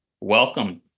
Welcome